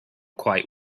quite